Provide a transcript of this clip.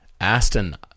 Aston